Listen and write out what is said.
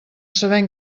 sabent